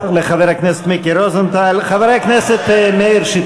תודה לחבר הכנסת מיקי רוזנטל.